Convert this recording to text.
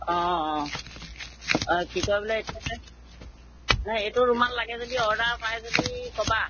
অঁ অঁ অঁ কি কয় বোলে এতিয়া যে নাই এইটো ৰুমাল লাগে যদি অৰ্ডাৰ কৰায় যদি ক'বা